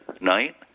night